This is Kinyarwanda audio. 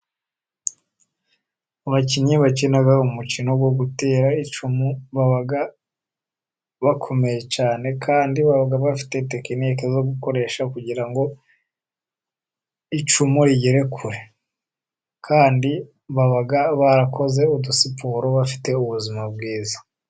Abakinnyi bakina umukino wo gutera icumu, baba bakomeye cyane, kandi baba bafite tekinike zo gukoresha kugira ngo icumu rigere kure. Kandi baba barakoze udusiporo, bafite ubuzima bwiza.